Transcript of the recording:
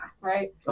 right